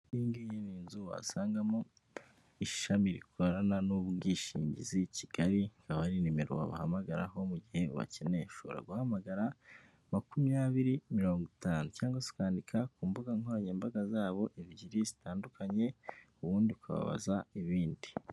Iyi ni inzu wasangamo ishami rikorana n'ubwishingizi Kigali ikaba ari numero babahamagaraho mu gihe bakeneye ushobora guhamagara makumyabiri mirongo itanu cyangwa kwandika ku mbuga nkoranyambaga zabo ebyiri zitandukanye, ubundi ukababaza ibindi.